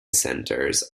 centres